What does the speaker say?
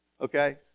Okay